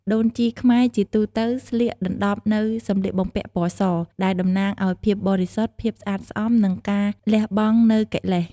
ដូនជីខ្មែរជាទូទៅស្លៀកដណ្ដប់នូវ សម្លៀកបំពាក់ពណ៌ស ដែលតំណាងឱ្យ ភាពបរិសុទ្ធ ភាពស្អាតស្អំ និងការលះបង់នូវកិលេស។